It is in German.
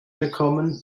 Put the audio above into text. bekommen